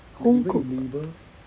homecooked